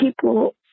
People